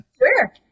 Sure